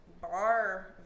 bar